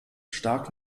stark